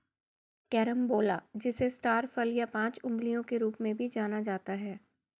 carambola जिसे star फल या पांच अंगुलियों के रूप में भी जाना जाता है